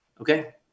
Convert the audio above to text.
Okay